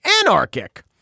anarchic